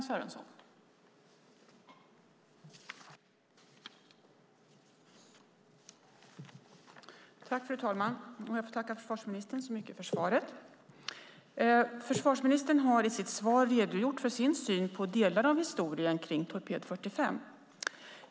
Fru talman! Jag får tacka försvarsministern så mycket för svaret. Försvarsministern har i sitt svar redogjort för sin syn på delar av historien kring torped 45.